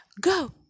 Go